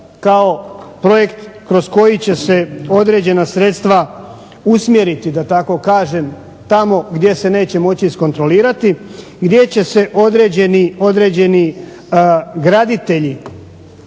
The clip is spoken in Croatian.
kao projekt kroz koji će se određena sredstva usmjeriti da tako kažem tamo gdje se neće moći iskontrolirati, gdje će se određeni graditelji,